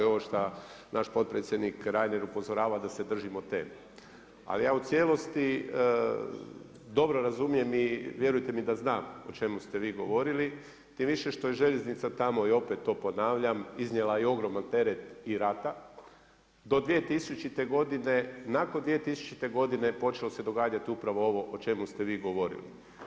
Ovo što naš potpredsjednik Reiner upozorava da se držimo teme, ali ja u cijelosti dobro razumijem i vjerujte mi da znam o čemu ste vi govorili, tim više što je željeznica tamo i opet to ponavljam iznijela je ogroman teret i rata do 2000. godine, nakon 2000. godine počelo se događati upravo ovo o čemu ste vi govorili.